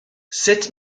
sut